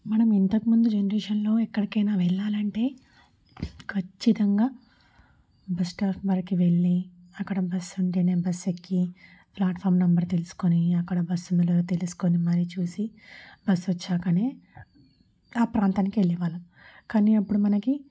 మనం ఇంతకుముందు జనరేషన్లో ఎక్కడికైనా వెళ్ళాలంటే ఖచ్చితంగా బస్ స్టాప్ వరకు వెళ్ళి అక్కడ బస్సు ఉంటేనే బస్సు ఎక్కి ఫ్లాట్ఫామ్ నెంబర్ తెలుసుకుని అక్కడ బస్సు ఉందో లేదో తెలుసుకుని మరీ చూసి బస్సు వచ్చాకే ఆ ప్రాంతానికి వెళ్ళే వాళ్ళం కానీ అప్పుడు మనకి